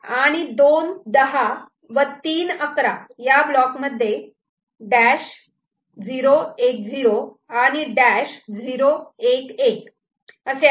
आणि 2 10 व 3 11 या ब्लॉक मध्ये डॅश 0 1 0 आणि डॅश 0 1 1 असे आहे